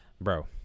Bro